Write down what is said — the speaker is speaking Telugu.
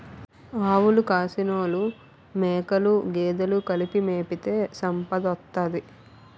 ఆవులు కాసినోలు మేకలు గేదెలు కలిపి మేపితే సంపదోత్తది